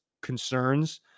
concerns